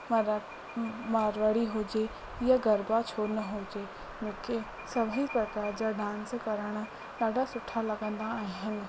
मरा मारवाड़ी हुजे या गरबा छो न हुजे मूंखे सभी प्रकार जा डांस करण ॾाढा सुठा लॻंदा आहिनि